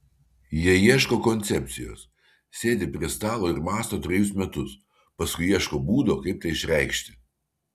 jie ieško koncepcijos sėdi prie stalo ir mąsto trejus metus paskui ieško būdo kaip tai išreikšti